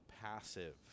passive